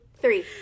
three